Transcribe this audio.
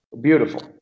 beautiful